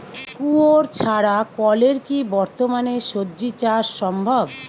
কুয়োর ছাড়া কলের কি বর্তমানে শ্বজিচাষ সম্ভব?